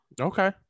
okay